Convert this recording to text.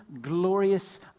glorious